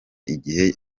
igihe